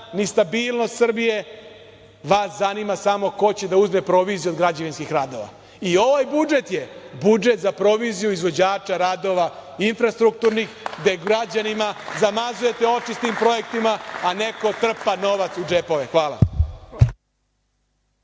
ni stabilnost Srbije, vas zanima samo ko će da uzme proviziju od građevinskih radova. I, ovaj budžet je, budžet za proviziju izvođača radova infrastrukturnih gde građanima zamazujete oči sa tim projektima, a neko trpa novac u džepove. Hvala